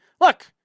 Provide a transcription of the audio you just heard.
Look